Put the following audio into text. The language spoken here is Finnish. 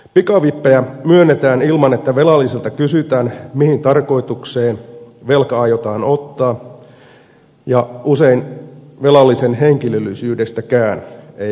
pikavippejä myönnetään ilman että velalliselta kysytään mihin tarkoitukseen velka aiotaan ottaa ja usein velallisen henkilöllisyydestäkään ei ole tietoa